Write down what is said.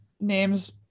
names